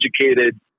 educated